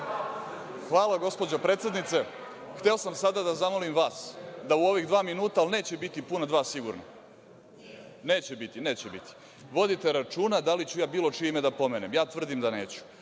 Hvala gospođo predsednice. Hteo sam sada da zamolim vas da u ovih dva minuta, a neće biti puna dva, sigurno, vodite računa da li ću ja bilo čije ime da pomenem, a ja tvrdim da neću,